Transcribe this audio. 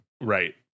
Right